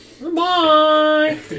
Goodbye